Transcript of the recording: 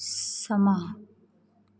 ਸਮਾਂ